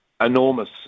Enormous